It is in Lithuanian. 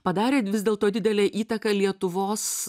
padarė vis dėlto didelę įtaką lietuvos